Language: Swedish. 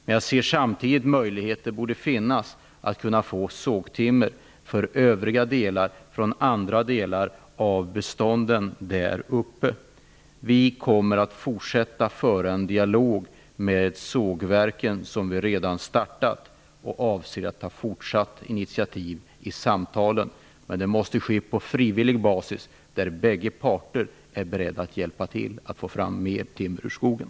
Men jag anser samtidigt att det borde finnas möjligheter att få sågtimmer från andra delar av bestånden. Vi kommer att fortsätta att föra den redan påbörjade dialogen med sågverken. Vi avser att ta fortsatta initiativ i samtalen. Men de måste ske på frivillig basis där bägge parterna är beredda att hjälpa till att få fram mer timmer från skogen.